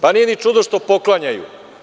Pa nije ni čudo što poklanjaju.